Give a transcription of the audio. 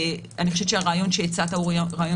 אני חושבת שהרעיון שהצעת הוא רעיון